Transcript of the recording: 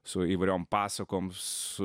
su įvairiom pasakom su